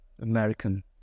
American